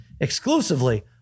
exclusively